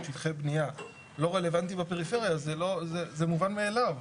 שטחי בנייה לא רלוונטי בפריפריה אז זה מובן מאליו.